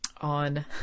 on